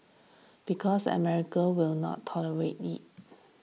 because America will not tolerate it